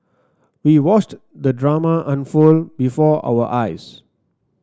we watched the drama unfold before our eyes